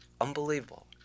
unbelievable